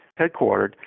headquartered